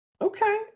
Okay